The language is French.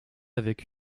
avec